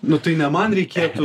nu tai ne man reikėtų